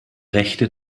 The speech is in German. rechte